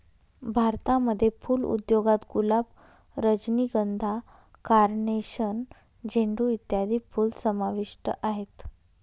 भारतामध्ये फुल उद्योगात गुलाब, रजनीगंधा, कार्नेशन, झेंडू इत्यादी फुलं समाविष्ट आहेत